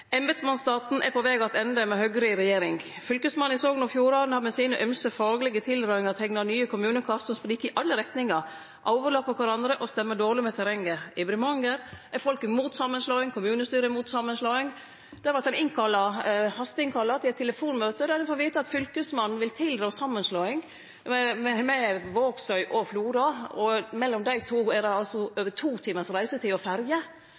Embetsmannsstaten er på veg attende med Høgre i regjering. Fylkesmannen i Sogn og Fjordane har med sine ymse faglege tilrådingar teikna nye kommunekart som spriker i alle retningar, overlappar kvarandre og stemmer dårleg med terrenget. I Bremanger er folket imot samanslåing, kommunestyret er imot samanslåing. Der vart ein hasteinnkalla til eit telefonmøte der ein fekk vite at fylkesmannen vil tilrå samanslåing med Vågsøy og Flora. Mellom dei to sentera er det altså to timar reisetid og ferje.